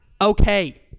okay